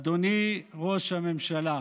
אדוני ראש הממשלה,